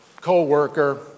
co-worker